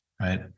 Right